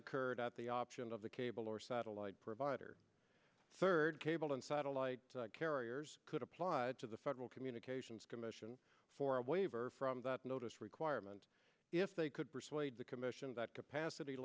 occurred at the option of the cable or satellite provider third cable and satellite carriers could apply to the federal communications commission for a waiver from that notice requirement if they could persuade the commission that capacity